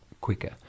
quicker